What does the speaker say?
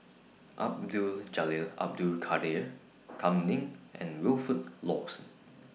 Abdul Jalil Abdul Kadir Kam Ning and Wilfed Lawson